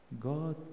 God